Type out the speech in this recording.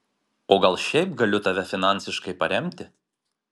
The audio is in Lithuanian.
o gal šiaip galiu tave finansiškai paremti